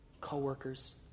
co-workers